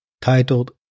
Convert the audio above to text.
titled